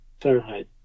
Fahrenheit